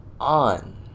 on